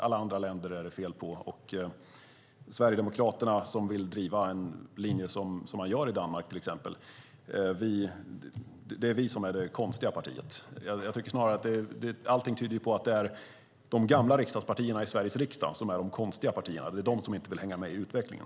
Alla andra länder är det fel på. Sverigedemokraterna, som vill driva en linje som man har i Danmark till exempel, är alltså det konstiga partiet. Jag tycker snarare att allting tyder på att det är de gamla partierna i Sveriges riksdag som är de konstiga partierna. Det är de som inte vill hänga med i utvecklingen.